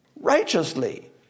righteously